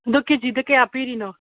ꯑꯗꯨ ꯀꯦ ꯖꯤꯗ ꯀꯌꯥ ꯄꯤꯔꯤꯅꯣ